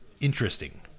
interesting